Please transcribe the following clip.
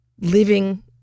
living